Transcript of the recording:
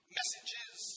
messages